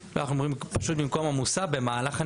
אפשר להגיד במקום המוסע, במהלך הנסיעה.